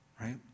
right